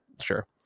sure